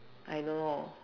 I don't know